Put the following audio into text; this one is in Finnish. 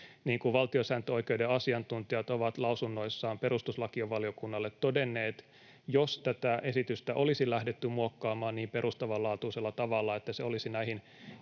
Niin kuin valtiosääntöoikeuden asiantuntijat ovat lausunnoissaan perustuslakivaliokunnalle todenneet, jos tätä esitystä olisi lähdetty muokkaamaan niin perustavanlaatuisella tavalla, että se olisi näihin